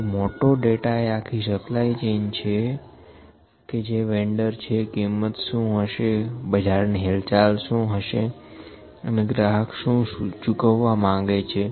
તો મોટો ડેટા એ આખી સપ્લાય ચેઈન છે કે જે વેન્ડર છે કીમત શું હશે બજાર ની હિલચાલ શું હશે અને ગ્રાહક શું ચૂકવવા માંગે છે